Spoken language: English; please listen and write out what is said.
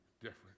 different